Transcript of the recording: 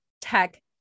tech